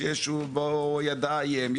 ידיים,